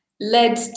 led